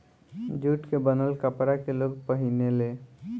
jute के बनल कपड़ा के लोग पहिने ले